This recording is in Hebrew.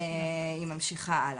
היא ממשיכה הלאה.